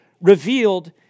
revealed